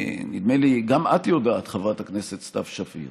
נדמה לי שגם את יודעת, חברת הכנסת סתיו שפיר